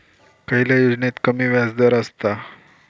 खयल्या योजनेत कमी व्याजदर असता?